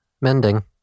mending